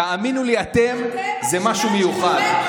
תאמינו לי, אתם זה משהו מיוחד.